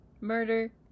murder